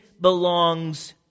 belongs